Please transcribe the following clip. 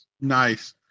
Nice